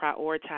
prioritize